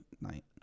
night